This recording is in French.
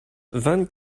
vingt